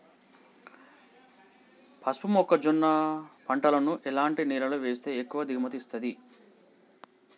పసుపు మొక్క జొన్న పంటలను ఎలాంటి నేలలో వేస్తే ఎక్కువ దిగుమతి వస్తుంది?